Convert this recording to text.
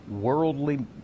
worldly